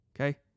Okay